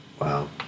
Wow